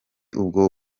ubwo